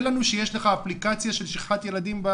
לנו שיש לך אפליקציה של שכחת ילדים.